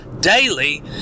daily